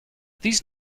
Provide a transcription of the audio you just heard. these